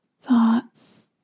thoughts